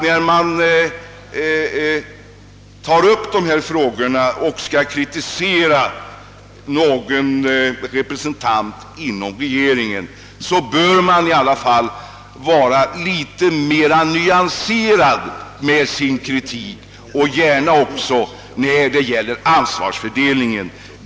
När man tar upp förhållanden som dessa och kritiserar regeringen, bör man nog vara litet mer nyanserad i sina omdömen, särskilt när det gäller ansvarsfördelningen.